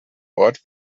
ort